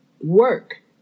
work